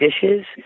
dishes